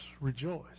rejoice